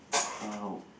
!wow!